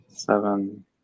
Seven